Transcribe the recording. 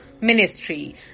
ministry